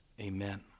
Amen